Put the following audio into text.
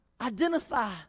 identify